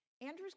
Andrew's